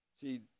See